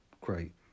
great